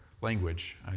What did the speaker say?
language